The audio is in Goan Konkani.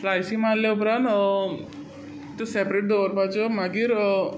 स्लायसी माल्ल्या उपरान त्यो सेपेरेट दवरपाचें मागीर